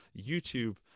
YouTube